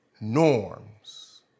norms